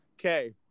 Okay